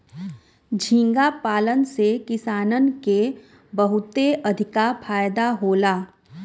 झींगा पालन से किसानन के बहुते अधिका फायदा होला